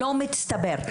לא מצטבר.